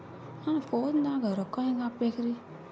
ನನ್ನ ಫೋನ್ ನಾಗ ರೊಕ್ಕ ಹೆಂಗ ಹಾಕ ಬೇಕ್ರಿ?